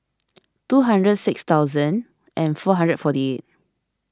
two hundred six thousand and four hundred forty eight